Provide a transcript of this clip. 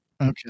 Okay